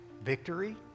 victory